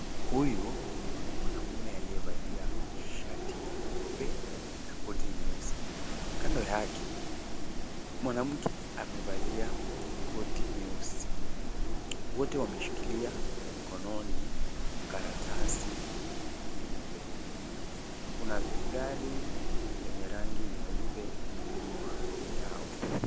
Huyu ni mwanamume aliyevalia shati nyeupe na koti nyeusi. Kando yake mwanamke amevalia koti nyeusi. Wote wameshikilia mkononi karatasi nyeupe. Kuna gari lenye rangi nyeupe nyuma yao.